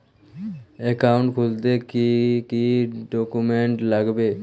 Account খুলতে কি কি ডকুমেন্ট লাগবে?